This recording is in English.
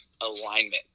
alignment